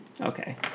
Okay